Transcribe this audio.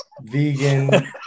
vegan